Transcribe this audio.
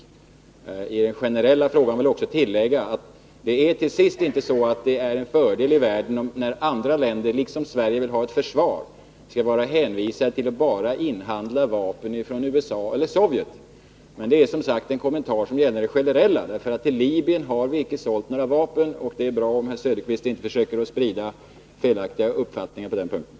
Beträffande den generella frågan vill jag tillägga att det inte heller är en fördel om andra länder i världen, som liksom Sverige vill ha ett försvar, är hänvisade till att inhandla vapen enbart från USA eller Sovjet. Det är, som sagt, en kommentar som gäller generellt. Till Libyen har vi emellertid inte sålt några vapen. Det vore bra om herr Söderqvist inte försökte sprida felaktiga uppfattningar på den punkten.